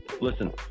Listen